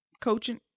coaching